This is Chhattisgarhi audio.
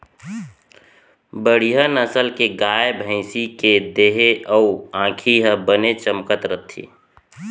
बड़िहा नसल के गाय, भँइसी के देहे अउ आँखी ह बने चमकत रथे